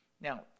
Now